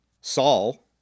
Saul